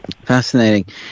Fascinating